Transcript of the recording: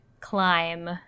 climb